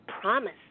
promise